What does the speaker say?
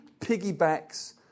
Piggybacks